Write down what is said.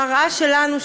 מראה שלנו,